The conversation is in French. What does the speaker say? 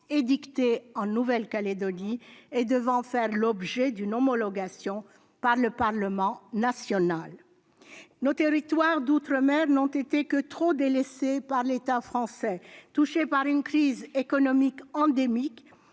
édictées en Nouvelle-Calédonie et devant faire l'objet d'une homologation par le Parlement national ? Nos territoires d'outre-mer n'ont été que trop délaissés par l'État français. Touchés par une crise économique endémique,